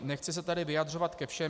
Nechci se tady vyjadřovat ke všem.